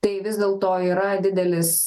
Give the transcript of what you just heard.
tai vis dėlto yra didelis